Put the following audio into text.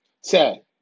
Sad